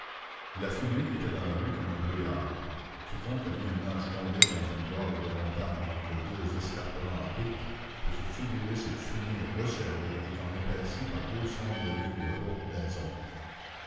la fumée était dans la rue comme un brouillard quiconque a vu un nuage tombé dans une gorge de montagnes entre deux escarpements à pic peut se figurer cette fumée resserrée et comme épaissie par deux sombres lignes de hautes maisons